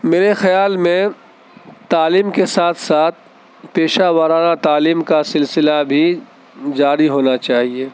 میرے خیال میں تعلیم کے ساتھ ساتھ پیشہ وارانہ تعلیم کا سلسلہ بھی جاری ہونا چاہیے